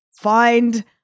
find